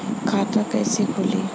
खाता कइसे खुली?